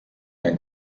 ein